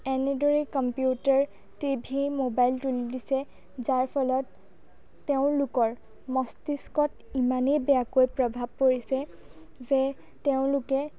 এনেদৰে computer TV mobile তুলি দিছে যাৰ ফলত তেওঁলোকৰ মস্তিষ্কত ইমানেই বেয়াকৈ প্ৰভাৱ পৰিছে যে তেওঁলোকে